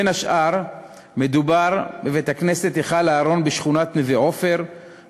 בין השאר מדובר בבית-הכנסת "היכל אהרן" בשכונת נווה-עופר,